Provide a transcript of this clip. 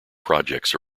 projects